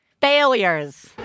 Failures